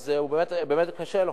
אז באמת קשה לו.